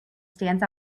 stands